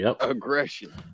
aggression